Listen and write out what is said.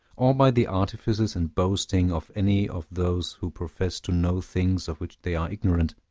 or by the artifices and boasting of any of those who profess to know things of which they are ignorant.